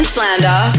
Slander